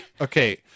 Okay